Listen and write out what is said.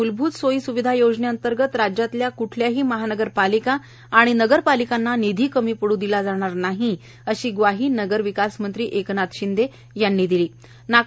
मूलभूत सोयी स्विधा योजनेअंतर्गत राज्यातील क्ठल्याही महानगरपालिका आणि नगरपालिकांना निधी कमी पडू दिला जाणार नाही अशी ग्वाही नगरविकास मंत्री एकनाथ शिंदे यांनी विधान परिषदेत दिली